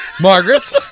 Margaret